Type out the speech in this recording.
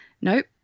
Nope